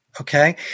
Okay